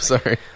sorry